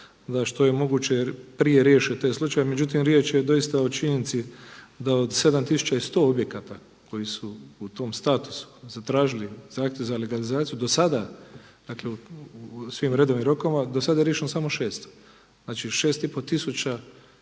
što je moguće prije riješe te slučajeve. Međutim riječ je doista o činjenici da od 7.100 objekata koji su u tom statusu zatražili zahtjev za legalizaciju do sada u svim redovnim rokovima, do sada je riješeno samo 600. znači 6,5 tisuća